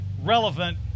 relevant